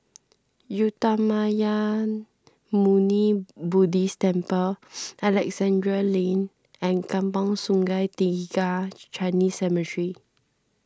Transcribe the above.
Uttamayanmuni Buddhist Temple Alexandra Lane and Kampong Sungai Tiga Chinese Cemetery